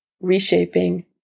reshaping